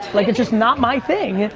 like it's just not my thing,